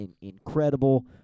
incredible